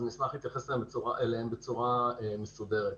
ואשמח להתייחס אליהם בצורה מסודרת.